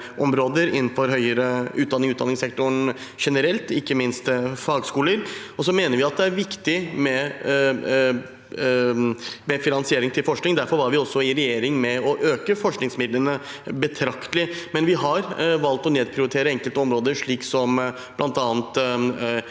områder innenfor høyere utdanning og utdanningssektoren generelt, ikke minst fagskoler. Så mener vi det er viktig med finansiering til forskning. Derfor var vi også i regjering med på å øke forskningsmidlene betraktelig. Men vi har valgt å nedprioritere enkelte områder, som bl.a.